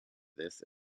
this